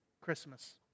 Christmas